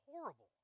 horrible